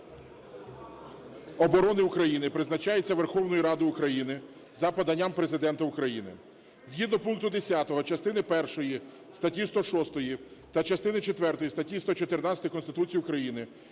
оборони України призначається Верховною Радою України за поданням Президента України. Згідно пункту 10 частини першої статті 106 та частини четвертої статті 114 Конституції України